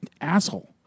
asshole